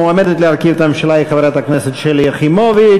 המועמדת להרכיב את הממשלה היא חברת הכנסת שלי יחימוביץ.